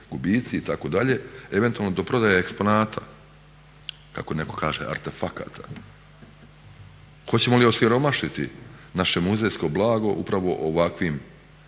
gubici itd. eventualno do prodaje eksponata, kako netko kaže artefakata. Hoćemo li osiromašiti naše muzejsko blago upravo ovakvim